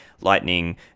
Lightning